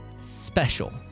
special